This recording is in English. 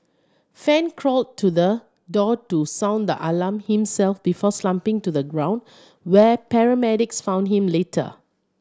fan crawled to the door to sound the alarm himself before slumping to the ground where paramedics found him later